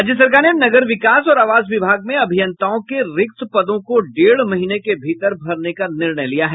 राज्य सरकार ने नगर विकास और आवास विभाग में अभियंताओं के रिक्त पदों को डेढ़ महीने के भीतर भरने का निर्णय लिया है